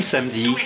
Samedi